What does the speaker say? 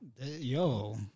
Yo